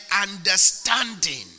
understanding